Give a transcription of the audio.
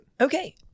Okay